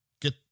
get